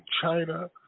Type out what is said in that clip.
China